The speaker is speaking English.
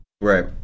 Right